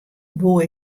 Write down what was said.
woe